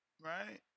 right